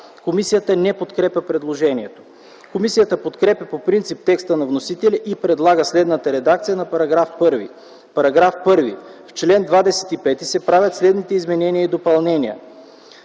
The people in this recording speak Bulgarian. Комисията не подкрепя предложението. Комисията подкрепя по принцип текста на вносителя и предлага следната редакция на § 1: „§ 1. В чл. 25 се правят следните изменения и допълнения: